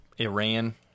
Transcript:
Iran